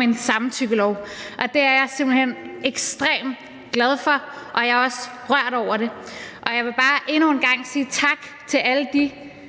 en samtykkelov, og det er jeg simpelt hen ekstremt glad for, og jeg er også rørt over det. Jeg vil bare endnu en gang sige tak til alle de